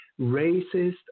racist